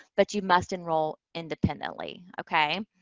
but you must enroll independently, okay?